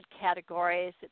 categories